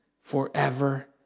Forever